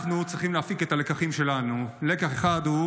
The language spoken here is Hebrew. אנחנו צריכים להפיק את הלקחים שלנו: לקח אחד הוא